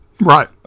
Right